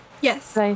yes